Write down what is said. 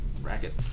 racket